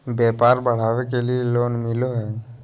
व्यापार बढ़ावे के लिए लोन मिलो है?